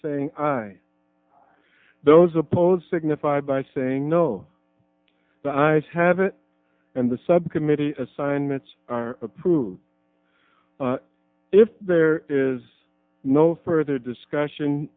saying i those opposed signify by saying no the ayes have it and the subcommittee assignments are approved if there is no further discussion